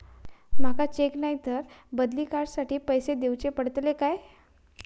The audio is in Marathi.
माका चेक नाय तर बदली कार्ड साठी पैसे दीवचे पडतले काय?